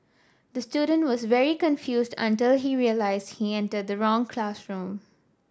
the student was very confused until he realised he entered the wrong classroom